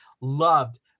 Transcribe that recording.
loved